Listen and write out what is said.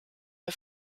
der